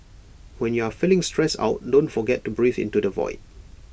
when you are feeling stressed out don't forget to breathe into the void